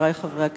חברי חברי הכנסת,